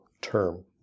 term